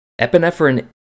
epinephrine